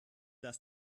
das